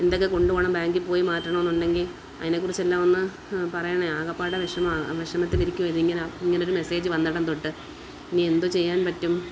എന്തൊക്കെ കൊണ്ടു പോകണം ബാങ്കിൽ പോയി മാറ്റണമെന്നുണ്ടെങ്കിൽ അതിനെ കുറിച്ചെല്ലാം ഒന്ന് പറയണേ ആകപ്പാടെ വിഷമമാണ് വിഷമത്തിൽ ഇരിക്കുവായിരുന്നു ഇങ്ങനെ ഇങ്ങനെ ഒരു മെസ്സേജ് വന്നിടം തൊട്ട് ഇനി എന്തോ ചെയ്യാൻ പറ്റും